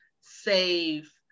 save